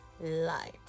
light